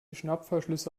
schnappverschlüsse